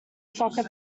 soccer